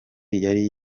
yari